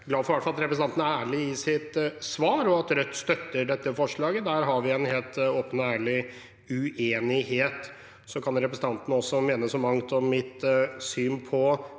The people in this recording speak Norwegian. Jeg er glad for at re- presentanten i hvert fall er ærlig i sitt svar, om at Rødt støtter dette forslaget. Der har vi en helt åpen og ærlig uenighet. Så kan representanten også mene så mangt om mitt syn på